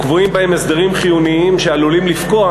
וקבועים בהם הסדרים חיוניים שעלולים לפקוע